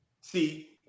See